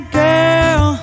girl